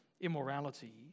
immorality